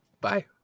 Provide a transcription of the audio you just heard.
Bye